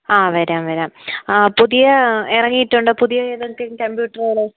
ആ വരാം വരാം ആ പുതിയത് ഇറങ്ങിയുട്ടുണ്ടോ പുതിയ ഏതൊക്കെ കമ്പ്യൂട്ടറുകൾ